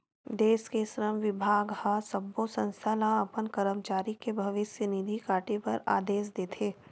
देस के श्रम बिभाग ह सब्बो संस्था ल अपन करमचारी के भविस्य निधि काटे बर आदेस देथे